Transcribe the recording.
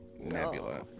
Nebula